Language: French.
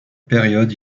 période